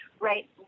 right